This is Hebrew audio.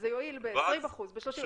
זה יועיל ב-20%, ב-30%.